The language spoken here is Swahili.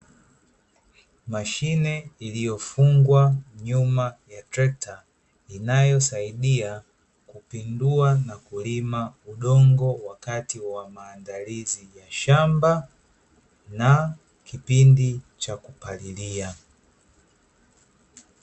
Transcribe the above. Mashine iliyofungwa nyuma ya trekta inayosaidia kupindua na kulima udongo wakati wa maandalizi ya shamba na kipindi cha kupalilia.